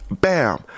Bam